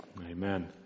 Amen